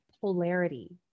polarity